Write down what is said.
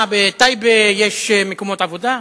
מה, בטייבה יש מקומות עבודה?